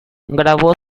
grabó